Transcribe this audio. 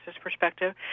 perspective